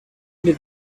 did